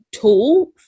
tool